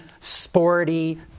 sporty